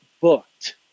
booked